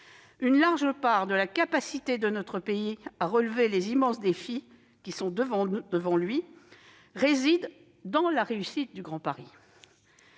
Une large part de la capacité de notre pays à relever les immenses défis qui sont devant lui réside dans la réussite du Grand Paris.